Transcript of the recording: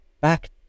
back